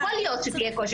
יכול להיות שיהיה קושי,